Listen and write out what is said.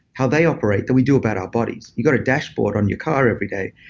how they operate than we do about our bodies. you got a dashboard on your car every day.